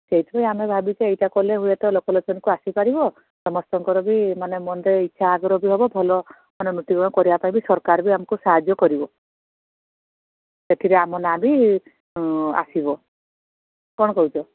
ସେଇଥିପାଇଁ ଆମେ ଭାବିଛେ ଏଇଟା କଲେ ହୁଏତ ଲୋକଲୋଚନକୁ ଆସିପାରିବ ସମସ୍ତଙ୍କର ବି ମାନେ ମନରେ ଇଚ୍ଛା ଆଗ୍ରହ ବି ହେବ ଭଲ ମାନେ ଉନ୍ନତିକରଣ କରିବାପାଇଁ ସରକାର ଆମକୁ ସାହଯ୍ୟ କରିବ ଏଥିରେ ଆମ ନାଁ ବି ଆସିବ କ'ଣ କହୁଛ